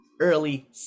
early